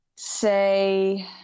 say